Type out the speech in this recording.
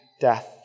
death